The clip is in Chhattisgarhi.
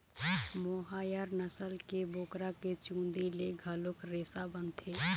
मोहायर नसल के बोकरा के चूंदी ले घलोक रेसा बनथे